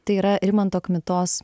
tai yra rimanto kmitos